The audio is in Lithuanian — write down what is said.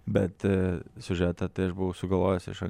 bet siužetą tai aš buvau sugalvojęs iš